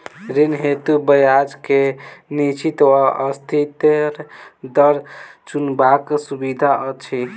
ऋण हेतु ब्याज केँ निश्चित वा अस्थिर दर चुनबाक सुविधा अछि